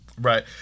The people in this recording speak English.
Right